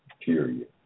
period